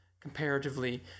comparatively